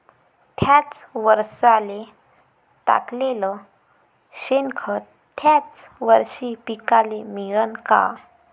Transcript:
थ्याच वरसाले टाकलेलं शेनखत थ्याच वरशी पिकाले मिळन का?